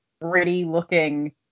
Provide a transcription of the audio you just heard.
pretty-looking